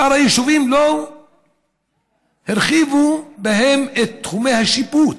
בשאר היישובים לא הרחיבו את תחומי השיפוט.